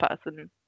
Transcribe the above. person